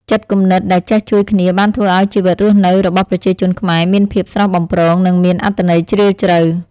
ចិត្តគំនិតដែលចេះជួយគ្នាបានធ្វើឱ្យជីវិតរស់នៅរបស់ប្រជាជនខ្មែរមានភាពស្រស់បំព្រង និងមានអត្ថន័យជ្រាលជ្រៅ។